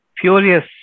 furious